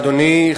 אדוני,